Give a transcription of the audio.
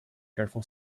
careful